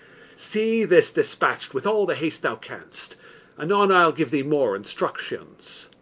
see this dispatch'd with all the haste thou canst anon i'll give thee more instructions.